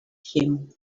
him